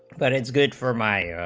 but it's good for my